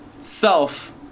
Self